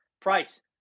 Price